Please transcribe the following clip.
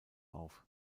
auf